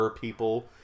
people